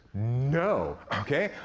no! okay,